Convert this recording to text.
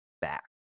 back